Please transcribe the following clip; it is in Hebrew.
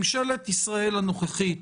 ממשלת ישראל הנוכחית